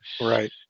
Right